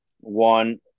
one